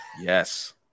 Yes